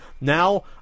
Now